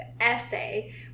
essay